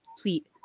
tweet